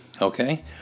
Okay